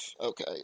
okay